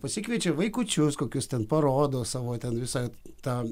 pasikviečia vaikučius kokius ten parodo savo ten visą tą